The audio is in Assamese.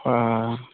অঁ